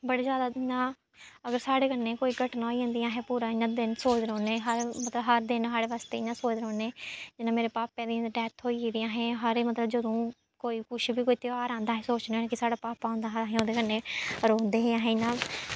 बड़ी जैदा इ'यां अगर साढ़े कन्नै कोई घटना होई जंदी असें पूरा इ'यां दिन सोचदे रौह्न्नें हर मतलब हर दिन साढ़े आस्तै इ'यां सोचदे रौह्न्नें जि'यां मेरे पापे दी डैथ होई गेदी असें हर एह् मतलब जदूं कोई कुछ बी कोई तेहार औंदा अस सोचने होन्नें कि साढ़ा पापा होंदा हा असें ओह्दे कन्नै रौंह्दे हे अस इ'यां